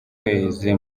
kwezi